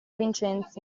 vincenzi